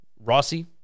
Rossi